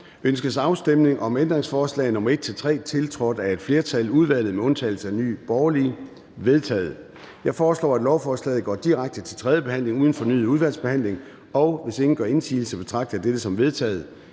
Ønskes afstemning om ændringsforslag nr. 1 og 2, tiltrådt af et flertal (udvalget med undtagelse af Nye Borgerlige)? De er vedtaget. Jeg foreslår, at lovforslaget går direkte til tredje behandling uden fornyet udvalgsbehandling, og hvis ingen gør indsigelse, betragter jeg dette som vedtaget.